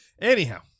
Anyhow